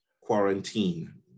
quarantine